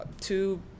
two